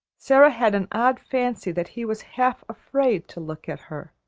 sara had an odd fancy that he was half afraid to look at her.